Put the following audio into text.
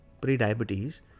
pre-diabetes